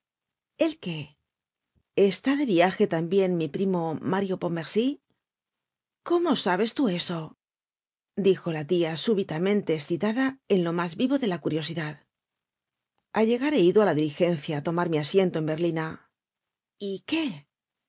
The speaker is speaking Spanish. el qué está de viaje tambien mi primo mario pontmercy cómo sabes tú eso dijo la tia súbitamente escitada en lo mas vivo de la curiosidad al llegar he ido á la diligencia á tomar mi asiento en berlina y qué